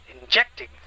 Injecting